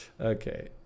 Okay